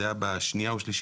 זה היה בשנייה או שלישית.